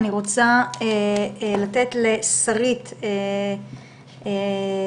אני רוצה לתת לשרית שנער,